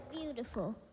Beautiful